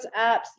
apps